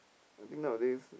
I think nowadays